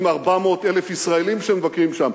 עם 400,000 ישראלים שמבקרים שם.